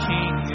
King